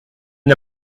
une